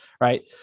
right